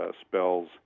spells